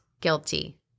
guilty